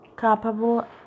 capable